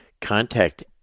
Contact